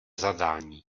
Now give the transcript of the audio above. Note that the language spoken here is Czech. zadání